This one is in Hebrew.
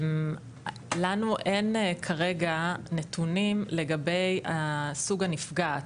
לנו אין כרגע נתונים לגבי סוג הנפגעת.